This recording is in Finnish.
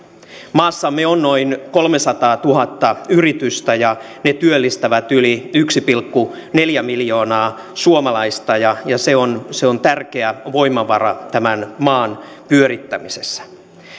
maassamme on noin kolmesataatuhatta yritystä ja ne työllistävät yli yksi pilkku neljä miljoonaa suomalaista ja se on se on tärkeä voimavara tämän maan pyörittämisessä